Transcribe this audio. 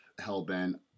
Hellbent